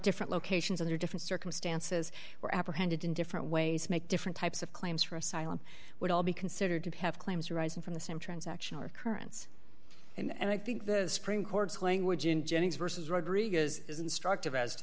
different locations under different circumstances were apprehended in different ways make different types of claims for asylum would all be considered to have claims arising from the same transaction or occurrence and i think the supreme court's language in jennings versus rodriguez is instructive as to